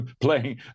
playing